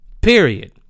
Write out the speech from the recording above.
Period